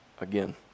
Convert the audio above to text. again